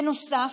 בנוסף,